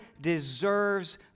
deserves